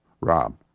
Rob